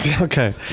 Okay